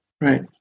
Right